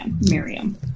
Miriam